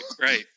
Right